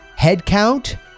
Headcount